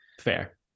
Fair